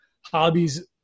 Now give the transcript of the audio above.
hobbies